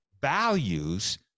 Values